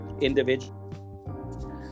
individual